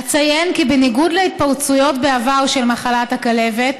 אציין כי בניגוד להתפרצויות בעבר של מחלת הכלבת,